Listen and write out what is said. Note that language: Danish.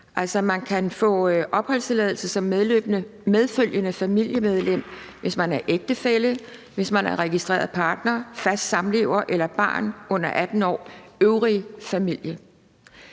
man kan få opholdstilladelse som medfølgende familiemedlem, hvis man er ægtefælle, og hvis man er registreret partner, fast samlever eller barn under 18 år, øvrig familie.